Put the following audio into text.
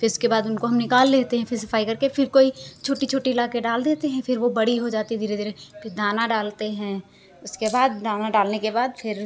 फिर उसके बाद उनको हम निकाल लेते हैं फिर सफाई करके फिर कोई छोटी छोटी लाकर डाल देते हैं फिर वो बड़ी हो जाती हैं धीरे धीरे फिर वो दाना डालते हैं उसके बाद दाना डालने के बाद फिर